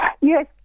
Yes